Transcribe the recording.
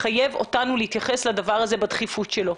מחייב אותנו להתייחס לדבר הזה בדחיפות שלו.